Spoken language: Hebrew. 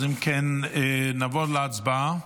אם כן, נעבור להצבעה.